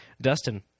Dustin